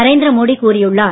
நரேந்திர மோடி கூறியுள்ளார்